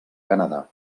canadà